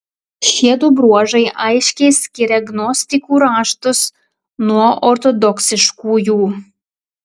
šiedu bruožai aiškiai skiria gnostikų raštus nuo ortodoksiškųjų